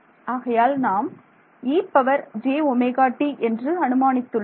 ஆகையால் நாம் ejωt என்று அனுமானித்துள்ளோம்